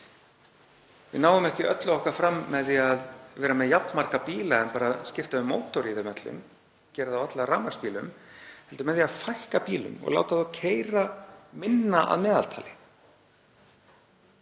Við náum ekki öllu okkar fram með því að vera með jafn marga bíla en bara skipta um mótor í þeim öllum, gera þá alla að rafmagnsbílum, heldur með því að fækka bílum og láta þá keyra minna að meðaltali.